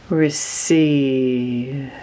receive